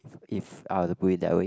if I were to put it that way